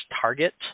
target